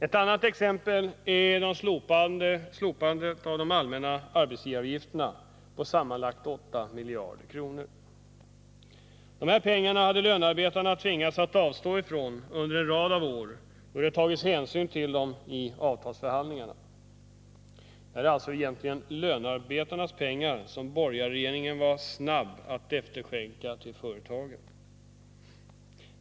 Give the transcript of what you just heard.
Ett annat exempel är de slopade allmänna arbetsgivaravgifterna på sammanlagt 8 miljarder kronor. Dessa pengar hade lönearbetarna tvingats att avstå från under en rad av år, då det hade tagits hänsyn till dem i avtalsförhandlingarna. Det är alltså egentligen lönearbetarnas pengar som borgarregeringen var snabb att efterskänka till företagen.